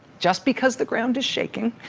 just because the ground is shaking,